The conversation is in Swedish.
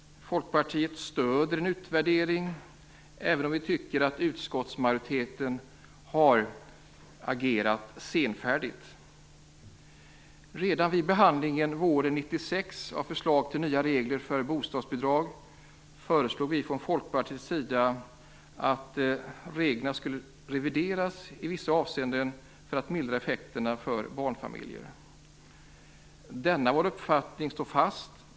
Folkpartiet stöder en utvärdering, även om vi tycker att utskottsmajoriteten har agerat senfärdigt. Redan vid behandlingen av Förslag till nya regler för bostadsbidrag våren 1996 föreslog vi i Folkpartiet att reglerna skulle revideras i vissa avseenden för att mildra effekterna för barnfamiljerna. Denna vår uppfattning står fast.